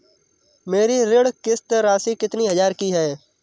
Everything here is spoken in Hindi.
मेरी ऋण किश्त राशि कितनी हजार की है?